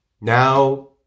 now